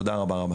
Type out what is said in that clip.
תודה רבה.